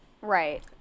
Right